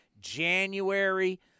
January